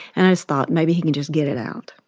and i just thought, maybe he can just get it out.